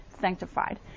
sanctified